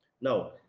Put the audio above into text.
now